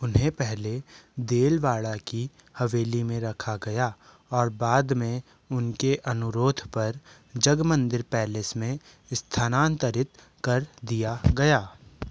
उन्हें पहले देलवाड़ा की हवेली में रखा गया और बाद में उनके अनुरोध पर जगमंदिर पैलेस में स्थानांतरित कर दिया गया